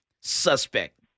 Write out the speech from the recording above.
suspect